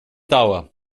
dauer